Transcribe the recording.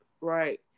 right